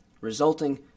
resulting